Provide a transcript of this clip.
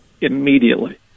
immediately